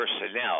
personnel